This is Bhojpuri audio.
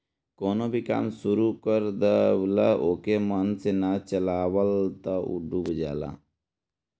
कवनो भी काम शुरू कर दअ अउरी ओके मन से ना चलावअ तअ उ डूब जाला